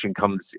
comes